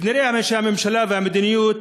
וכנראה הממשלה והמדיניות